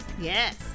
Yes